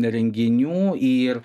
renginių ir